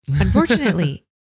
Unfortunately